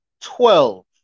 twelve